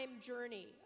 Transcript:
journey